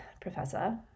Professor